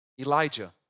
Elijah